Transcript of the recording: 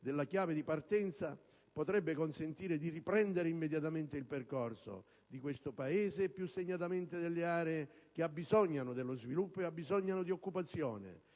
della chiave di partenza potrebbe consentire di riprendere il percorso di questo Paese, più segnatamente, delle aree che abbisognano di sviluppo e di occupazione,